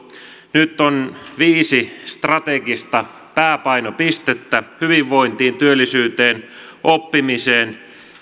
nyt on viisi strategista pääpainopistettä hyvinvointiin työllisyyteen oppimiseen